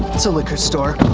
it's a liquor store.